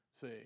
See